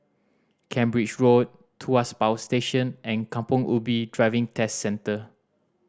Cambridge Road Tuas Power Station and Kampong Ubi Driving Test Centre